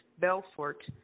Belfort